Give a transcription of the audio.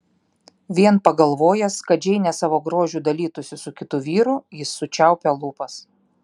vien pagalvojęs kad džeinė savo grožiu dalytųsi su kitu vyru jis sučiaupė lūpas